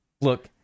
Look